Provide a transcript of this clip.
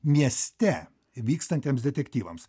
mieste vykstantiems detektyvams